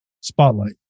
spotlight